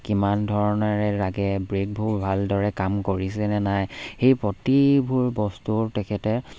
কিমান ধৰণেৰে লাগে ব্ৰেকবোৰ ভালদৰে কাম কৰিছে নে নাই সেই প্ৰতিবোৰ বস্তুৰ তেখেতে